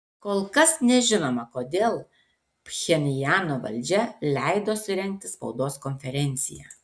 kol kas nežinoma kodėl pchenjano valdžia leido surengti spaudos konferenciją